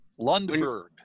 Lundberg